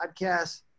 podcast